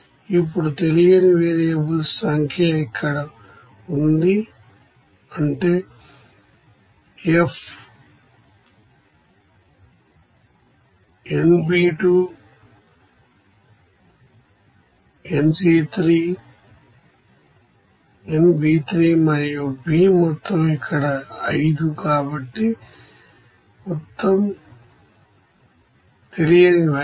ఇప్పుడు తెలియని వేరియబుల్స్ సంఖ్య ఇక్కడ ఉంది అంటే F nB1 nA3 nB3మరియు B మొత్తం ఇక్కడ 5 కాబట్టి మొత్తం తెలియనివి 5